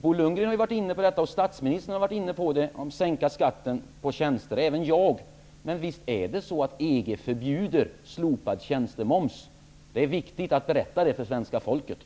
Bo Lundgren, statsministern och även jag har varit inne på att sänka skatten på tjänster. Det är viktigt att berätta för svenska folket att EG förbjuder slopad tjänstemoms.